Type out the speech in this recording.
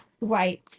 right